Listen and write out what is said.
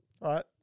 right